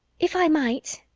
if i might.